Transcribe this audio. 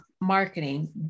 marketing